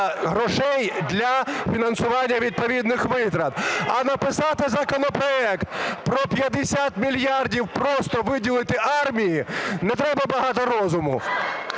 грошей для фінансування відповідних витрат. А написати законопроект про 50 мільярдів просто виділити армії, не треба багато розуму.